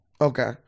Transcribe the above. Okay